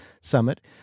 summit